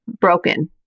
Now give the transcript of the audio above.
broken